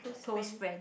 close friend